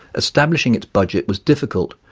establishing its budget was difficult,